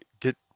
get